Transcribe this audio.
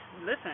listen